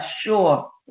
sure